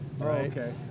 okay